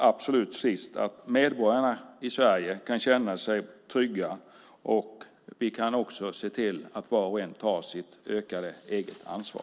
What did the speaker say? Medborgarna i Sverige kan känna sig trygga. Vi kan också se till att var och en tar sitt ökade egna ansvar.